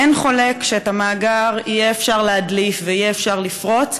אין חולק שאת המאגר יהיה אפשר להדליף ויהיה אפשר לפרוץ,